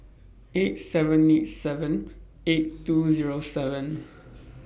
eight seven eight seven eight two Zero seven